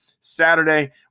Saturday